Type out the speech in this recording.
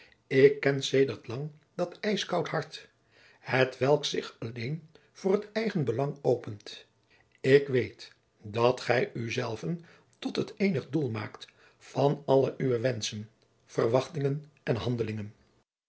ik ken sedert lang dat ijskoud hart hetwelk zich alleen voor het eigenbelang opent ik weet dat gij uzelven tot het eenig doel maakt van alle uwe wenschen verwachtingen en handelingen